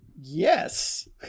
Yes